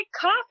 coffee